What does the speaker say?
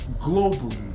globally